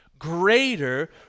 greater